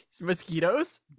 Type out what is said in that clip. mosquitoes